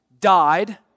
died